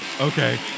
Okay